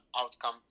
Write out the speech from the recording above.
outcome